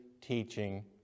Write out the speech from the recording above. teaching